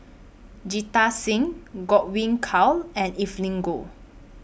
Jita Singh Godwin Koay and Evelyn Goh